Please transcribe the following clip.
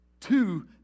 Two